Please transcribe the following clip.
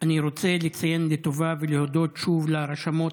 אני רוצה לציין לטובה ולהודות שוב לרשמות